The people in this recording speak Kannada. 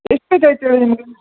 ಎಷ್ಟು ಬೇಕಾಗಿತ್ತು ಹೇಳಿ ನಿಮಗೆ